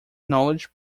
knowledge